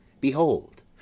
Behold